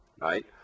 right